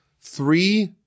three